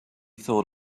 thought